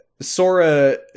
Sora